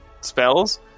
spells